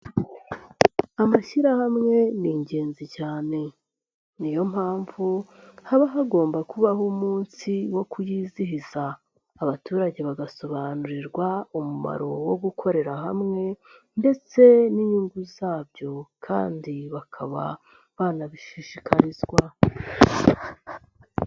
Amashyirahamwe ni ingenzi cyane niyo mpamvu haba hagomba kubaho umunsi wo kuyizihiza abaturage bagasobanurirwa umumaro wo gukorera hamwe ndetse n'inyungu zabyo kandi bakaba banabishishikarizwa.